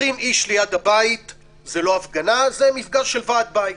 20 איש ליד הבית זה לא הפגנה, זה מפגש של ועד בית.